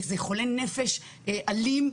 זה חולה נפש אלים,